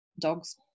dogs